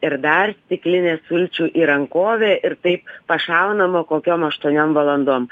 ir dar stiklinė sulčių į rankovę ir taip pašaunama kokiom aštuoniom valandom